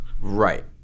Right